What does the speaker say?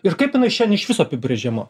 ir kaip jinai šiandien išvis apibrėžiama